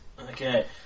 Okay